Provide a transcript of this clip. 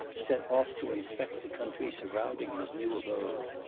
set off to inspect the country surrounding his new abode.